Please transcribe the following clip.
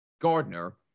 Gardner